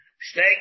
Stay